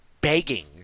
begging